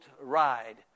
ride